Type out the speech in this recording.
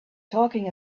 talking